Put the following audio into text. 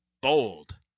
bold